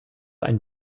ein